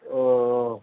ஓ ஓ